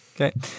Okay